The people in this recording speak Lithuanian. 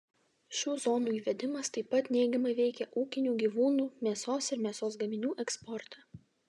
šių zonų įvedimas taip pat neigiamai veikia ūkinių gyvūnų mėsos ir mėsos gaminių eksportą